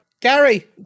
Gary